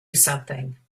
something